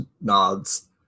nods